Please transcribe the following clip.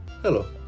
Hello